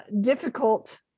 difficult